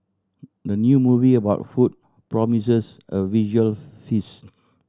the new movie about food promises a visual feast